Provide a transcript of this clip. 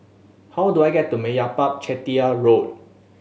how do I get to Meyappa Chettiar Road